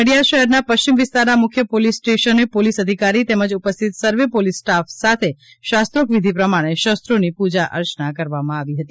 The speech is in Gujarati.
નડિયાદ શહેરના પશ્ચિમ વિસ્તારના મુખ્ય પોલીસ સ્ટેશને પોલીસ અધિકારી તેમજ ઉપસ્થિત સર્વે પોલીસ સ્ટાફ સાથે શાસ્ત્રોક વિઘિ પ્રમાણે શસ્ત્રોની પૂજા અર્ચના કરવામાં આવી હતી